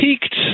peaked